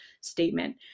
statement